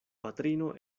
patrino